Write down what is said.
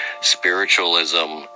spiritualism